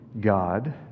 God